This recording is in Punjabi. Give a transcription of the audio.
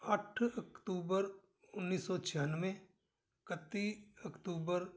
ਅੱਠ ਅਕਤੂਬਰ ਉੱਨੀ ਸੌ ਛਿਆਨਵੇਂ ਇਕੱਤੀ ਅਕਤੂਬਰ